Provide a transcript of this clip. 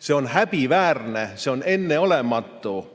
See on häbiväärne! See on enneolematu: